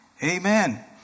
Amen